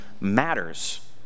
matters